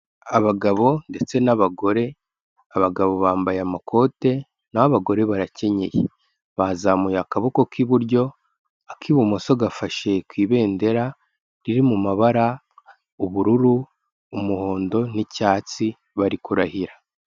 Abagabo ndetse n'abagore, abagabo bambaye amakote naho abagore bayakenyeye, bazamuye akaboko k'iburyo, ak'ibumoso gafashe ku ibendera riri mu mabara, ubururu, umuhondo, n'icyatsi bari kurahira.